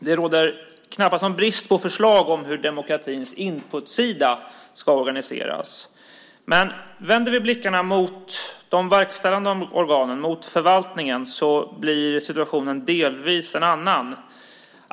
Det råder knappast någon brist på förslag om hur demokratins input-sida ska organiseras, men vänder vi blickarna mot de verkställande organen, mot förvaltningen, blir situationen delvis en annan.